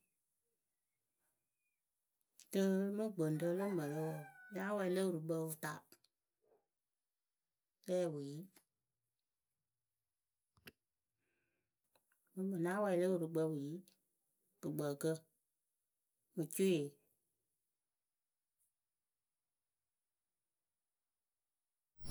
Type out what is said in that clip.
Rɨ mɨ gbɨŋrǝ lǝ mǝrǝ wǝǝ yáa wɛɛlɩ wɨrɨkpǝ wɨta rɛ wɨyi mɨŋmɨ náa wɛɛlɩ wɨrɨkpǝ wɨyi kɨkpǝǝkǝ mɨ cwɩ.